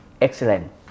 excellent